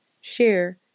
share